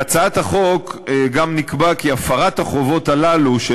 בהצעת החוק גם נקבע כי הפרת החובות הללו של